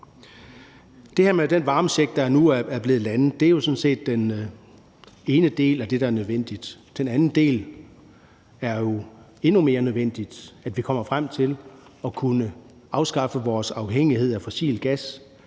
Det her med den varmecheck, der nu er blevet landet, er jo sådan set den ene del af det, der er nødvendigt. Den anden del er jo endnu mere nødvendig, nemlig at vi kommer frem til at kunne afskaffe vores afhængighed af fossil gas,